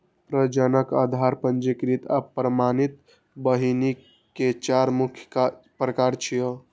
प्रजनक, आधार, पंजीकृत आ प्रमाणित बीहनि के चार मुख्य प्रकार छियै